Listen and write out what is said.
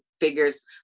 figures